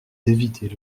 d’éviter